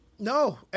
No